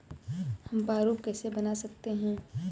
हम प्रारूप कैसे बना सकते हैं?